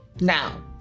Now